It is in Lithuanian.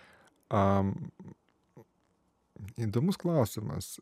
a įdomus klausimas